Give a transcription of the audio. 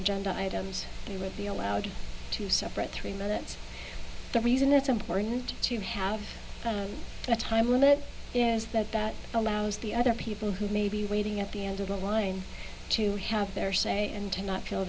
agenda items they would be allowed to separate three minutes the reason that's important to have that time limit is that that allows the other people who may be waiting at the end of the line to have their say and to not feel